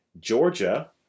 Georgia